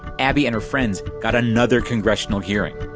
abbey and her friends got another congressional hearing.